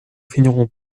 finirons